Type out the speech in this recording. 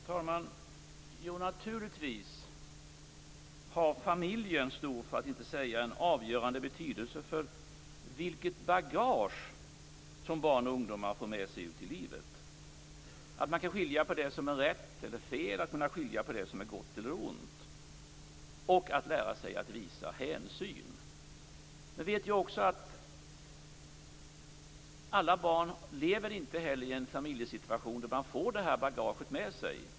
Herr talman! Naturligtvis har familjen stor, för att inte säga avgörande, betydelse för vilket bagage som barn och ungdomar får med sig ut i livet när det gäller att kunna skilja på rätt och fel och gott och ont och att lära sig att visa hänsyn. Jag vet också att alla barn inte lever i en familjesituation där de får detta bagage med sig.